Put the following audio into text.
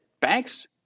Banks